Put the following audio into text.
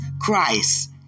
Christ